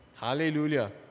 hallelujah